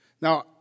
Now